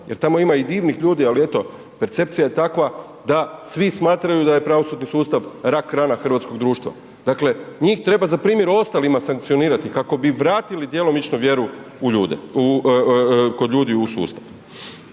jer tamo i divnih ljudi ali eto, percepcija je takva da svi smatraju da je pravosudni sustav rak-rana hrvatskog društva. Dakle, njih treba za primjer ostalima sankcionirati kako bi vratili djelomično u ljude, kod ljudi u sustav.